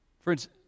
Friends